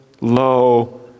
low